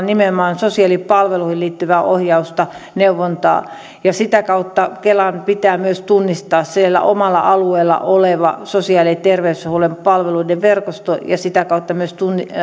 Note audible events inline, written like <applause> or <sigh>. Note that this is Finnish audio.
<unintelligible> nimenomaan sosiaalipalveluihin liittyvää ohjausta neuvontaa sitä kautta kelan pitää myös tunnistaa siellä omalla alueella oleva sosiaali ja terveydenhuollon palveluiden verkosto ja sitä kautta myös